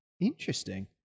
Interesting